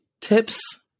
tips